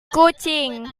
kucing